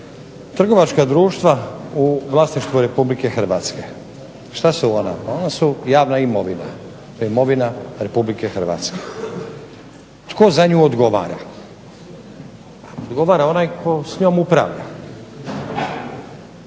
Trgovačka društva u vlasništvu Republike Hrvatske što su ona, ona su javna imovina, imovina Republike Hrvatske, tko za nju odgovara? Odgovara onaj tko s njom upravlja.